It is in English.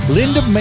Linda